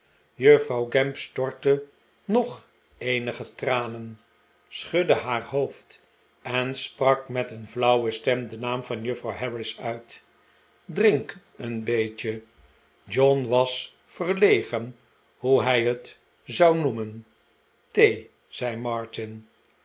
juffrouw gamp stortte nog eenige tranen schudde haar hoofd en sprak met een flauwe stem den naam van juffrouw harris uit drink een beetje john was verlegen hoe hij het zou noemen thee zei martin